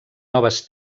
noves